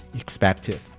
expected